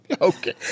Okay